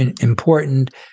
important